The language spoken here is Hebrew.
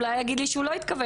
אולי הוא יגיד לי שהוא לא התכוון,